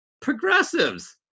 progressives